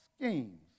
schemes